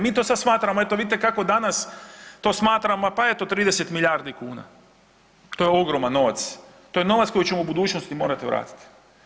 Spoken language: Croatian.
Mi to sad smatramo, eto vidite kako to danas to smatramo pa eto 30 milijardi kuna, to je ogroman novac, to je novac koji ćemo u budućnosti morati vratiti.